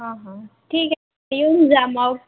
हां हां ठीक आहे येऊन जा मग